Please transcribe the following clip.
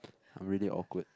I'm already awkward